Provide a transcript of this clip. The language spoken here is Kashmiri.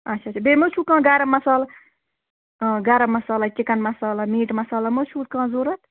اَچھا اَچھا بیٚیہِ ما چھُو کانٛہہ گَرم مصالہٕ گرم مصالا چِکن مصالا میٖٹ مصالا ما چھُو کانٛہہ ضروٗرت